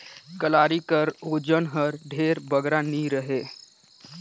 कलारी कर ओजन हर ढेर बगरा नी रहें